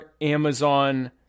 Amazon